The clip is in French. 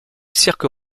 cirque